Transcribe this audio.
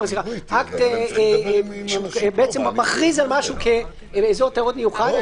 היא אקט שמכריז על משהו כאזור תיירות מיוחד.